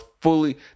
fully